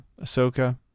Ahsoka